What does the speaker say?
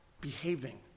behaving